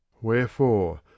Wherefore